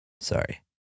Sorry